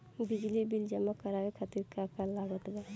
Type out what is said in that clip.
बिजली बिल जमा करावे खातिर का का लागत बा?